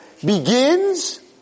begins